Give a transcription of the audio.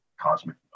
cosmic